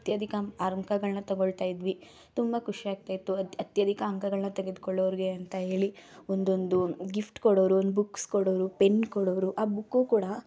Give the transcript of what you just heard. ಅತ್ಯಧಿಕ ಅಂಕಗಳನ್ನ ತಗೋಳ್ತಾಯಿದ್ವಿ ತುಂಬ ಖುಷಿ ಆಗ್ತಾಯಿತ್ತು ಅತ್ಯಧಿಕ ಅಂಕಗಳನ್ನ ತೆಗೆದುಕೊಳ್ಳೋರಿಗೆ ಅಂತ ಹೇಳಿ ಒಂದೊಂದು ಗಿಫ್ಟ್ ಕೊಡೋರು ಒಂದು ಬುಕ್ಸ್ ಕೊಡೋರು ಪೆನ್ ಕೊಡೋರು ಆ ಬುಕ್ಕು ಕೂಡ